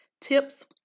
tips